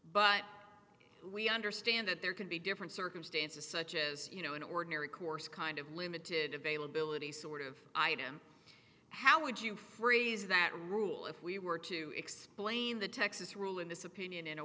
but we understand that there can be different circumstances such as you know in ordinary course kind of limited availability sort of item how would you phrase that rule if we were to explain the texas rule in this opinion in a